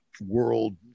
World